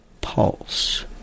Pulse